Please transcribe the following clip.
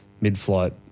mid-flight